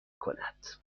کند